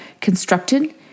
constructed